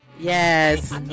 Yes